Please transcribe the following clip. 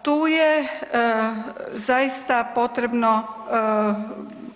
Tu je zaista potrebno